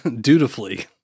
Dutifully